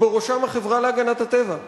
ובראשם החברה להגנת הטבע.